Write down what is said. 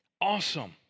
Awesome